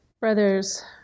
Brothers